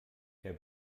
herr